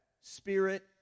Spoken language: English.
spirit